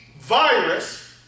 virus